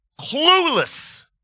clueless